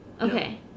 okay